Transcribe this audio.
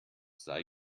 sei